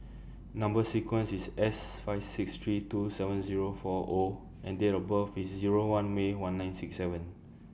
Number sequence IS S five six three two seven Zero four O and Date of birth IS Zero one May one nine six seven